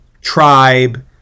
tribe